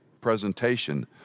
presentation